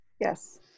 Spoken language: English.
yes